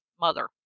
mother